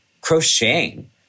crocheting